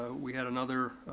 ah we had another